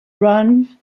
run